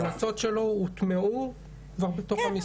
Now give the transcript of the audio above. ההמלצות שלו הוטמעו כבר בתוך המסמכים.